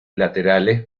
laterales